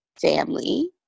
family